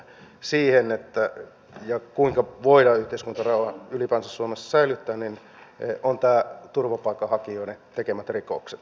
yksi näistä vaikuttimista siinä kuinka voidaan yhteiskuntarauha ylipäänsä suomessa säilyttää ovat nämä turvapaikanhakijoiden tekemät rikokset